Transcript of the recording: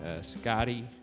Scotty